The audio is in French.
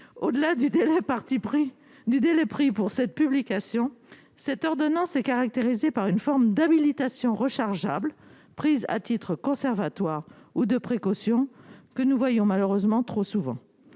pris du délai prix pour cette publication 7 heures donnant s'est caractérisée par une forme d'habilitation rechargeable prise à titre conservatoire ou de précaution que nous voyons malheureusement trop souvent